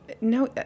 No